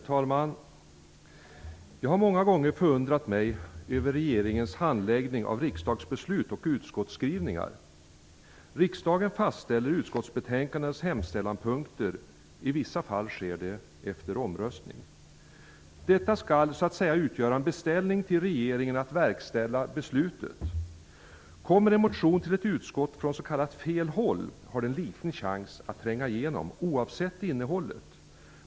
Herr talman! Jag har många gånger förundrats över regeringens handläggning av riksdagsbeslut och utskottsskrivningar. Riksdagen fastställer utskottsbetänkandenas hemställanpunkter. I vissa fall sker det efter omröstning. Detta skall så att säga utgöra en beställning till regeringen att verkställa fattat beslut. Kommer en motion till ett utskott från s.k. fel håll har den liten chans att tränga igenom -- oavsett innehållet.